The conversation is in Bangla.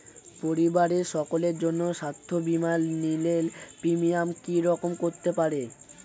পরিবারের সকলের জন্য স্বাস্থ্য বীমা নিলে প্রিমিয়াম কি রকম করতে পারে?